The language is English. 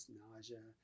nausea